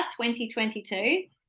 2022